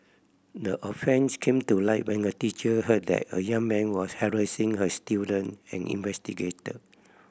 the offence came to light when a teacher heard that a young man was harassing her student and investigated